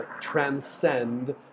transcend